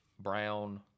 brown